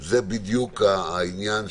התש"ף-2020, הכנה לקריאה